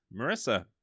Marissa